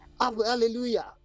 Hallelujah